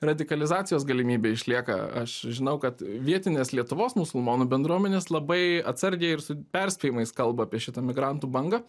radikalizacijos galimybė išlieka aš žinau kad vietinės lietuvos musulmonų bendruomenės labai atsargiai ir su perspėjimais kalba apie šitą migrantų bangą